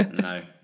no